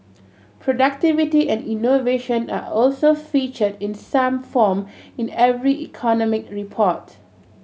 productivity and innovation are also featured in some form in every economic report